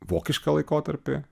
vokišką laikotarpį